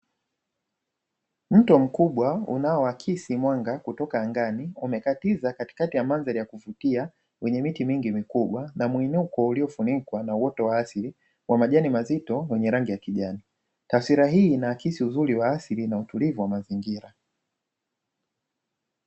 Mto mkubwa unaoakisi mwanga kutoka angani umekatiza katikati ya mandhari ya kuvutia wenye miti mingi mikubwa na mwinuko uliofunikwa na uoto wa asili wa majani mazito wenye rangi ya kijani. Taswira hii inaakisi uzuri wa asili na utulivu wa mazingira.